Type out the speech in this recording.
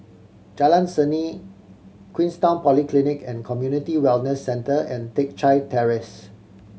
Jalan Seni Queenstown Polyclinic and Community Wellness Centre and Teck Chye Terrace